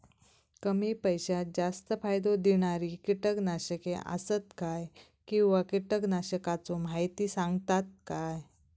कमी पैशात जास्त फायदो दिणारी किटकनाशके आसत काय किंवा कीटकनाशकाचो माहिती सांगतात काय?